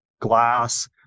glass